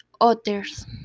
others